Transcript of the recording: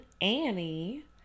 annie